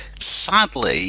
sadly